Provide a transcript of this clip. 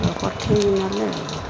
ଆଉ ପଠେଇବି ନହେଲେ ଆଉ